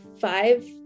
five